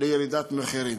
לירידת מחירים.